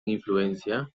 influencia